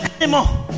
anymore